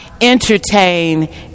entertain